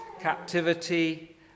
captivity